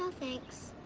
um thanks.